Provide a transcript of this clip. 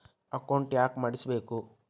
Account ಯಾಕ್ ಮಾಡಿಸಬೇಕು?